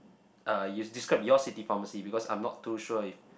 uh you describe your city pharmacy because I'm not too sure if